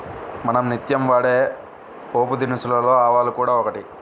మనం నిత్యం వాడే పోపుదినుసులలో ఆవాలు కూడా ఒకటి